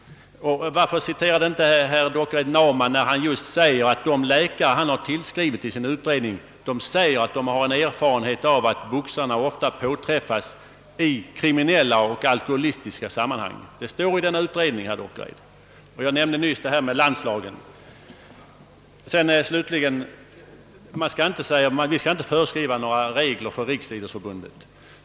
Varför citerades inte docent Naumann, när han säger att de läkare som han tillskrivit vid sin utredning fram håller att boxarna enligt deras erfarenhet ofta påträffas i kriminella och alkoholistiska sammanhang? Det står att läsa i utredningen, herr Dockered! Slutligen säger man att vi inte skall föreskriva några regler för Riksidrottsförbundet.